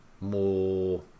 more